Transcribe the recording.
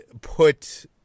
put